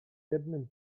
jednym